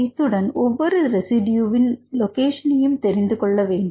இத்துடன் ஒவ்வொரு ரெசிடியூவின் லோகேஷனையும் தெரிந்து கொள்ள வேண்டும்